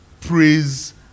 praise